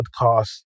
podcast